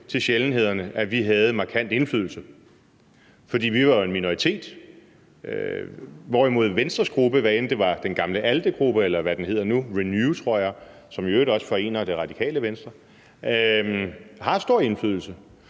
til sjældenhederne, at vi havde markant indflydelse. For vi var jo en minoritet, hvorimod Venstres gruppe, hvad end det var den gamle ALDE-gruppe, eller hvad den hedder nu – Renew, tror jeg, som i øvrigt også forener Radikale Venstre – har stor indflydelse.